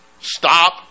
Stop